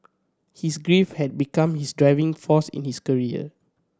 his grief had become his driving force in his career